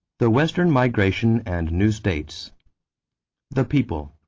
the western migration and new states the people.